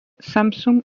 samsung